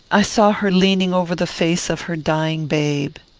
i saw her leaning over the face of her dying babe.